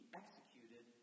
executed